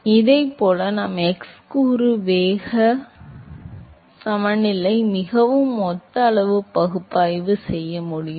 எனவே இதேபோல் நாம் x கூறு வேக வேகம் சமநிலை மிகவும் ஒத்த அளவு பகுப்பாய்வு செய்ய முடியும்